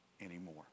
anymore